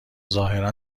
ظاهرا